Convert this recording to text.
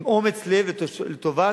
עם אומץ לב ולטובת